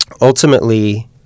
Ultimately